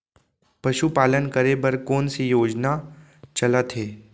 पशुपालन करे बर कोन से योजना चलत हे?